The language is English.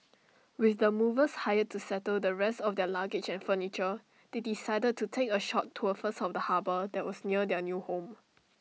with the movers hired to settle the rest of their luggage and furniture they decided to take A short tour first of the harbour that was near their new home